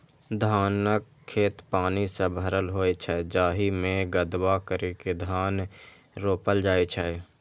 धानक खेत पानि सं भरल होइ छै, जाहि मे कदबा करि के धान रोपल जाइ छै